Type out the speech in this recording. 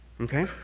Okay